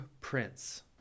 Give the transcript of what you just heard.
Prince